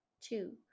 two